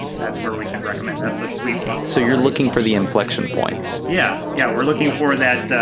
that's where we should recommend. that's their sweet spot. so you're looking for the inflection points. yeah, yeah. we're looking for that,